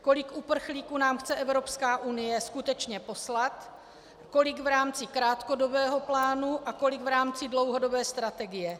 Kolik uprchlíků nám chce Evropská unie skutečně poslat, kolik v rámci krátkodobého plánu a kolik v rámci dlouhodobé strategie.